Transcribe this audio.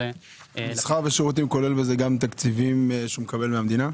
מסחר ושירותים כולל בזה גם תקציבים שהוא מקבל מהמדינה?